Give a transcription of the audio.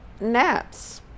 naps